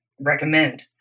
recommend